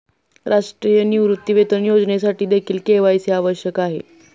राष्ट्रीय निवृत्तीवेतन योजनेसाठीदेखील के.वाय.सी आवश्यक आहे